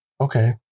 Okay